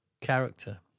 character